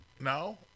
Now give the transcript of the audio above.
No